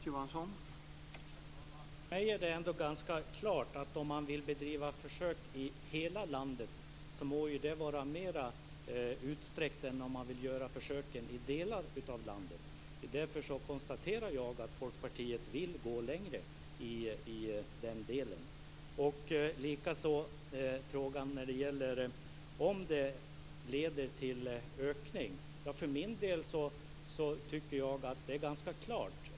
Herr talman! För mig är det klart att om man vill bedriva försök i hela landet må det vara mer utsträckt än om försöken genomförs i delar av landet. Därför konstaterar jag att Folkpartiet vill gå längre i den delen. Sedan var det frågan om försöket leder till en ökning av konsumtionen.